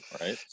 right